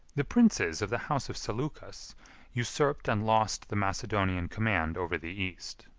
the princes of the house of seleucus usurped and lost the macedonian command over the east.